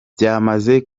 byamaze